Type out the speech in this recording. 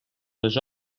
les